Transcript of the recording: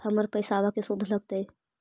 हमर पैसाबा के शुद्ध लगतै?